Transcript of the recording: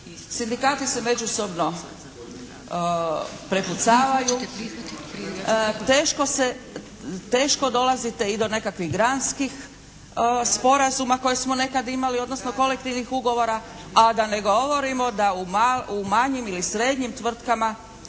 Sindikati se međusobno prepucavaju. Teško se, teško dolazite i do nekakvih granskih sporazuma koje smo nekad imali odnosno kolektivnih ugovora a da ne govorimo da u manjim ili srednjim tvrtkama